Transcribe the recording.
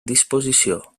disposició